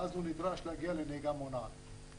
ואז הוא נדרש להגיע לנהיגה מונעת.